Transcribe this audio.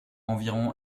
environ